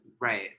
right